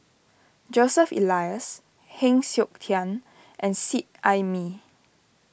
Joseph Elias Heng Siok Tian and Seet Ai Mee